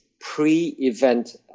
pre-event